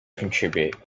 contribute